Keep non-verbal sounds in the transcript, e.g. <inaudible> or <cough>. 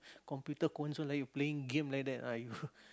computer console like you playing game like that ah you <laughs>